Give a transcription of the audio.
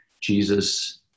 Jesus